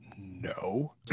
No